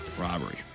Robbery